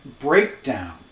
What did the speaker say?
breakdown